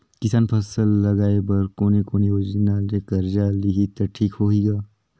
किसान फसल लगाय बर कोने कोने योजना ले कर्जा लिही त ठीक होही ग?